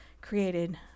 created